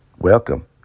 Welcome